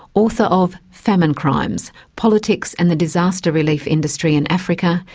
author of famine crimes politics and the disaster relief industry in africa,